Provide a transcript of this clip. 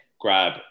grab